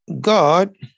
God